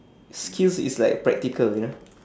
skills is like practical ya